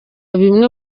bimwe